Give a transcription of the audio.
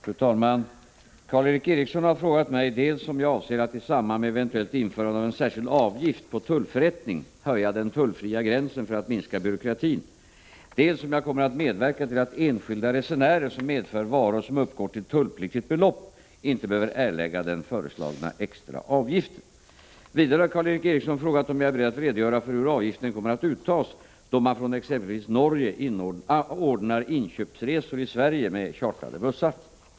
Fru talman! Karl Erik Eriksson har frågat mig dels om jag avser att i samband med eventuellt införande av en särskild avgift på tullförrättning höja den tullfria gränsen för att minska byråkratin, dels om jag kommer att medverka till att enskilda resenärer som medför varor som uppgår till tullpliktigt belopp inte behöver erlägga den föreslagna extra avgiften. Vidare har Karl Erik Eriksson frågat om jag är beredd att redogöra för hur avgiften kommer att uttas då man från exempelvis Norge ordnar inköpsresor i Sverige med chartrade bussar.